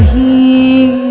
he.